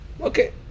Okay